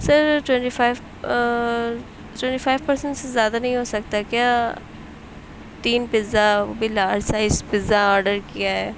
سر twenty five twenty five percent سے زیادہ نہیں ہو سکتا کیا تین پیزا وہ بھی لارج سائز پیزا آرڈر کیا ہے